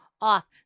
off